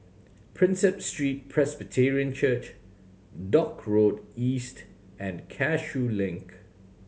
Prinsep Street Presbyterian Church Dock Road East and Cashew Link